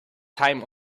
time